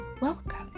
Welcome